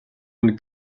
өмнө